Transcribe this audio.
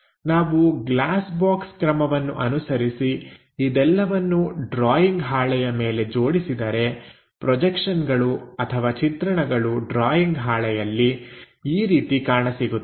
ನಾವು glass box ಕ್ರಮವನ್ನು ಅನುಸರಿಸಿ ಇದೆಲ್ಲವನ್ನು ಡ್ರಾಯಿಂಗ್ ಹಾಳೆಯ ಮೇಲೆ ಜೋಡಿಸಿದರೆ ಪ್ರೊಜೆಕ್ಷನ್ಗಳು ಅಥವಾ ಚಿತ್ರಣಗಳು ಡ್ರಾಯಿಂಗ್ ಹಾಳೆಯಲ್ಲಿ ಈ ರೀತಿ ಕಾಣಸಿಗುತ್ತದೆ